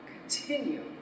continue